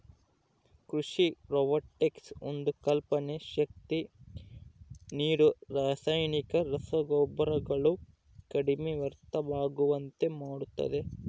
ಕೃಷಿ ರೊಬೊಟಿಕ್ಸ್ ಒಂದು ಕಲ್ಪನೆ ಶಕ್ತಿ ನೀರು ರಾಸಾಯನಿಕ ರಸಗೊಬ್ಬರಗಳು ಕಡಿಮೆ ವ್ಯರ್ಥವಾಗುವಂತೆ ಮಾಡುತ್ತದೆ